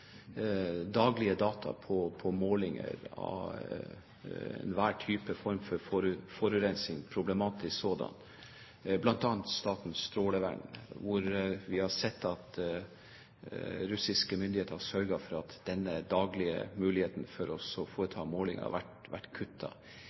daglige data på målinger av enhver type og form for problematisk forurensing. Vi har sett at russiske myndigheter har sørget for å kutte denne daglige muligheten for å